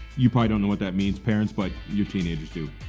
you probably don't know what that means parents, but your teenagers do.